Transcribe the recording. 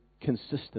consistent